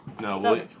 No